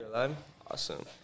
Awesome